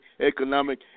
economic